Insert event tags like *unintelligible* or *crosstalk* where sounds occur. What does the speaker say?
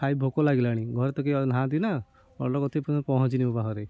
ଖାଇ ଭୋକ ଲାଗିଲାଣି ଘରେ ତ କେହି ଆଉ ନାହାନ୍ତି ନା ଅର୍ଡ଼ର୍ କରିଥିଲି *unintelligible* ପହଞ୍ଚିନି ମୋ ପାଖରେ